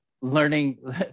learning